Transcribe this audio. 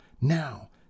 now